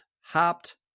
hopped